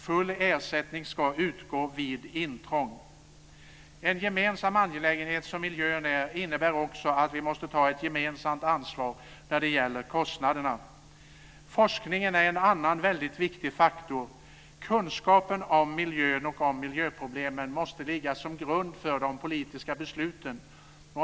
Full ersättning ska utgå vid intrång. En gemensam angelägenhet, som miljön är, innebär också att vi måste ta ett gemensamt ansvar när det gäller kostnaderna. Forskningen är en annan väldigt viktig faktor. Kunskapen om miljön och om miljöproblemen måste ligga som grund för de politiska besluten.